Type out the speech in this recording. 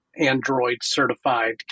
Android-certified